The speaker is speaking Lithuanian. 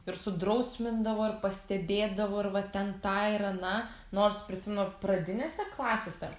ir sudrausmindavo ir pastebėdavo ir va ten tą ir aną nors prisimenu pradinėse klasėse